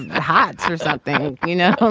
but hot or something. you know,